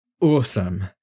awesome